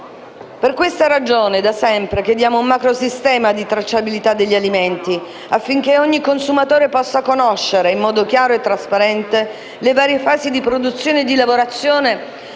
Per questa ragione, da sempre, chiediamo un macro-sistema di tracciabilità degli alimenti affinché ogni consumatore possa conoscere, in modo chiaro e trasparente, le varie fasi di produzione e di lavorazione